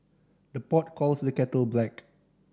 the pot calls the kettle black